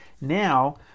Now